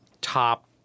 top